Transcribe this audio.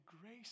grace